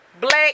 Black